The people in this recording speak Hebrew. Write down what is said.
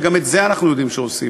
וגם את זה אנחנו יודעים שעושים,